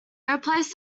replaced